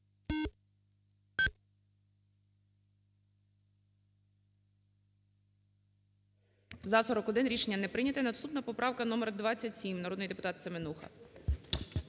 За-41 Рішення не прийнято. Наступна поправка номер 27, народний депутат Семенуха.